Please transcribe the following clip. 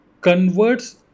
converts